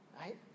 Right